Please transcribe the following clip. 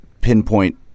pinpoint